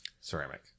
ceramic